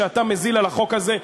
שאתה מזיל על החוק הזה,